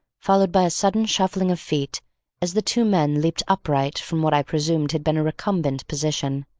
followed by a sudden shuffling of feet as the two men leaped upright from what i presume had been a recumbent position,